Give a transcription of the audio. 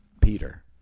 Peter